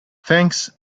thanks